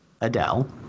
Adele